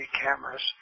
cameras